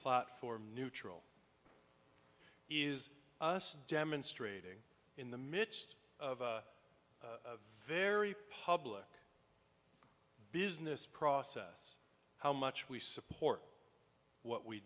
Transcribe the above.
platform neutral is us demonstrating in the midst of a very public business process how much we support what we